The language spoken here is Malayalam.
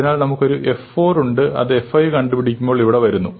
അതിനാൽ നമുക്ക് ഒരു f 4 ഉണ്ട് അത് f 5 കണ്ടുപിടിക്കുമ്പോൾ ഇവിടെ വരുന്നു